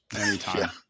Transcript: anytime